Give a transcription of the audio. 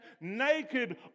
naked